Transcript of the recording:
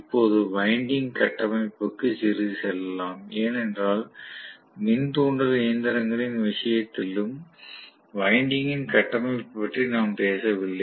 இப்போது வைண்டிங் கட்டமைப்பிற்கு சிறிது செல்லலாம் ஏனென்றால் மின் தூண்டல் இயந்திரங்களின் விஷயத்திலும் வைண்டிங்கின் கட்டமைப்பைப் பற்றி நாம் பேசவில்லை